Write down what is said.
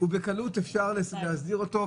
אפשר להסדיר אותו,